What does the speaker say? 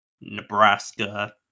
Nebraska